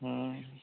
ହୁଁ